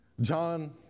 John